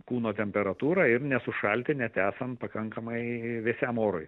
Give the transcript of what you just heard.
kūno temperatūrą ir nesušalti net esant pakankamai vėsiam orui